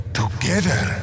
together